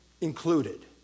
included